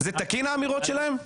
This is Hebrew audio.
האמירות שלהן הן תקינות?